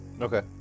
okay